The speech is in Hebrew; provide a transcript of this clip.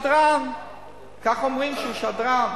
כך אומרים, הוא שדרן,